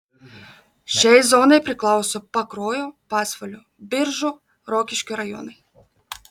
šiai zonai priklauso pakruojo pasvalio biržų rokiškio rajonai